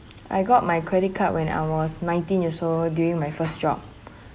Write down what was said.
I got my credit card when I was nineteen years old during my first job